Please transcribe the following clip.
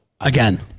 again